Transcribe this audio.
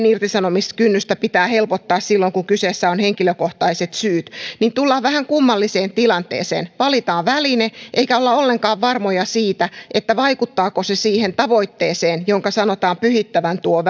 irtisanomiskynnystä pitää helpottaa silloin kun kyseessä ovat henkilökohtaiset syyt niin tullaan vähän kummalliseen tilanteeseen valitaan väline eikä olla ollenkaan varmoja siitä vaikuttaako se siihen tavoitteeseen jonka sanotaan pyhittävän tuon